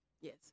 Yes